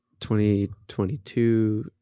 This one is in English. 2022